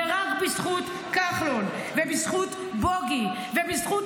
ורק בזכות כחלון ובזכות בוגי ובזכות